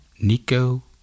Nico